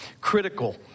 critical